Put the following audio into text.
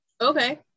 Okay